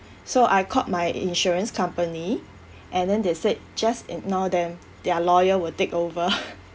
so I called my insurance company and then they said just ignore them their lawyer will take over